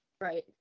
Right